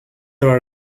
our